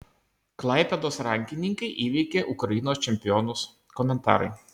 klaipėdos rankininkai įveikė ukrainos čempionus komentarai